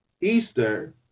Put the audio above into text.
Easter